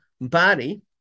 body